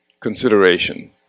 consideration